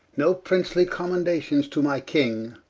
no princely commendations to my king?